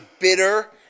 bitter